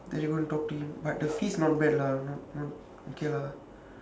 then you want to talk to him but the fees not bad lah not not okay lah